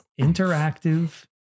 Interactive